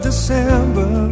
December